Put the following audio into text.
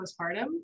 postpartum